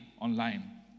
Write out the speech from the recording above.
online